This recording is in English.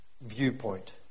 viewpoint